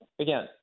Again